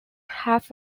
half